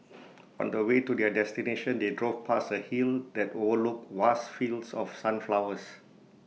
on the way to their destination they drove past A hill that overlooked vast fields of sunflowers